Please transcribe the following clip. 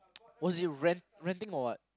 was he rent renting or what